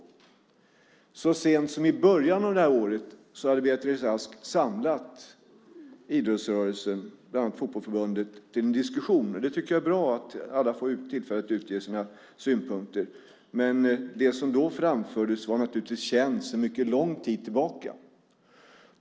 Så sent som i början av det här året hade Beatrice Ask samlat idrottsrörelsen, bland annat Fotbollförbundet, till en diskussion, och jag tycker att det är bra att alla får tillfälle att uttrycka sina synpunkter. Men det som då framfördes var naturligtvis känt sedan mycket lång tid tillbaka.